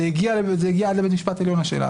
השאלה הזאת הגיעה עד לבית המשפט העליון.